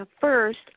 First